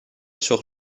sur